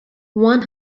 one